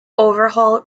overhaul